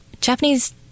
Japanese